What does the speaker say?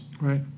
Right